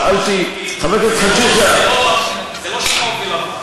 שאלתי, חבר הכנסת חאג' יחיא, זה לא שחור ולבן.